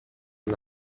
and